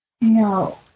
No